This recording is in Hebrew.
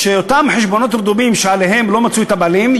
שאותם חשבונות רדומים שלא נמצאו להם הבעלים,